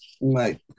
Right